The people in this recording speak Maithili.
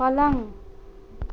पलङ्ग